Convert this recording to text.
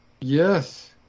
Yes